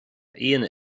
aíonna